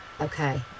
Okay